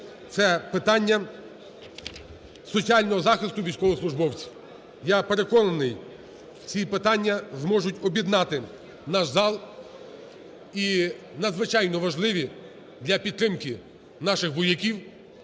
це питання соціального захисту військовослужбовців. Я переконаний, ці питання зможуть об'єднати наш зал і надзвичайно важливі для підтримки нашихвояків-атошників.